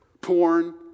Porn